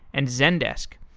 and zendesk.